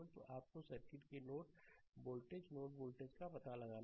तो आपको सर्किट के नोड वोल्टेज का पता लगाना होगा